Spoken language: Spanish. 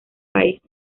país